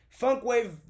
Funkwave